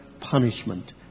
punishment